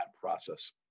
process